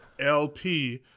LP